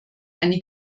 eine